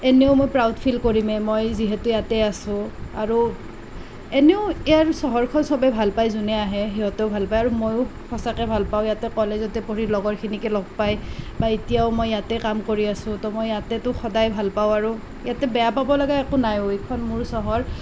এনেও মই proud feel কৰিমেই মই যিহেতু ইয়াতে আছোঁ আৰু এনেও ইয়াৰ চহৰখন সবেই ভাল পায় যোনে আহে সিহঁতেও ভাল পায় আৰু ময়ো সঁচাকৈয়ে ভাল পাওঁ ইয়াতে কলেজতে পঢ়ি লগৰখিনিকে লগ পাই বা এতিয়াও মই ইয়াতে কাম কৰি আছোঁ তো মই ইয়াতেতো সদায় ভাল পাওঁ আৰু ইয়াতে বেয়া পাবলগীয়া একো নাইও এইখন মোৰ চহৰ